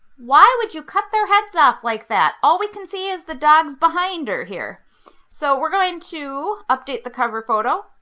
why would you cut their heads off like that? all we can see is the dogs behinder here so we're going to update the cover photo,